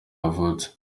yavutse